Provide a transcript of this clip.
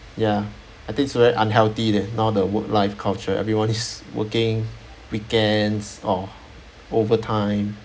ya I think it's very unhealthy leh now the work life culture everyone is working weekends or over time